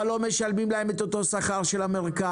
אבל לא משלמים להם את אותו שכר של המרכז.